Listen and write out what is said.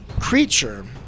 creature